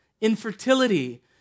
infertility